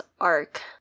arc